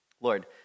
Lord